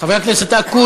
חבר הכנסת אקוניס,